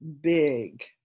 big